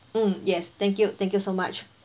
mm yes thank you thank you so much